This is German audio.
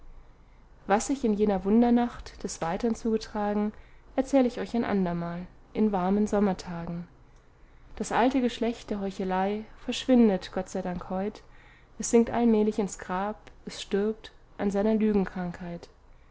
was sich in jener wundernacht des weitern zugetragen erzähl ich euch ein andermal in warmen sommertagen das alte geschlecht der heuchelei verschwindet gott sei dank heut es sinkt allmählich ins grab es stirbt an seiner